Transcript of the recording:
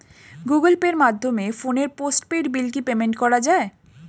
Google পের মাধ্যমে ফোনের পোষ্টপেইড বিল কি পেমেন্ট করা যায়?